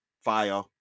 fire